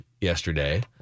yesterday